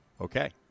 Okay